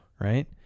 Right